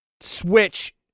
Switch